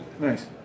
Nice